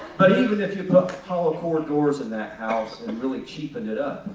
but even if you put hollow core doors in that house and really cheapen it up,